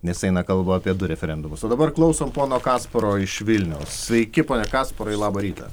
nes eina kalba apie du referendumus o dabar klausom pono kasparo iš vilniaus sveiki pone kasparai labą rytą